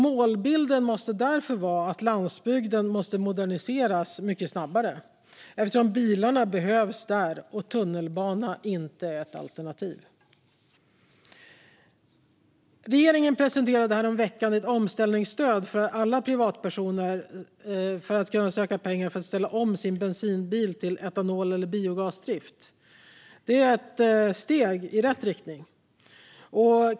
Målbilden måste därför vara att landsbygden moderniseras mycket snabbare, eftersom bilarna behövs där och tunnelbana inte är ett alternativ. Regeringen presenterade häromveckan ett omställningsstöd som innebär att alla privatpersoner ska kunna söka pengar för att ställa om sin bensinbil till etanol eller biogasdrift. Det är ett steg i rätt riktning.